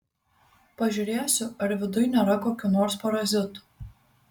pažiūrėsiu ar viduj nėra kokių nors parazitų